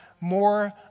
more